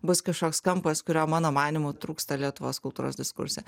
bus kažkoks kampas kurio mano manymu trūksta lietuvos kultūros diskurse